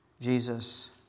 Jesus